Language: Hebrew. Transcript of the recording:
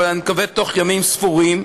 אבל אני מקווה תוך ימים ספורים,